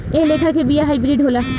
एह लेखा के बिया हाईब्रिड होला